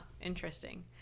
Interesting